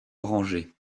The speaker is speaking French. orangé